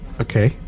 Okay